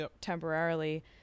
temporarily